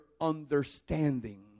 understanding